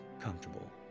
comfortable